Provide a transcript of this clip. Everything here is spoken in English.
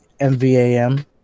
MVAM